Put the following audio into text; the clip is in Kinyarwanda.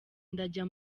ndajya